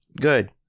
good